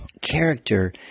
Character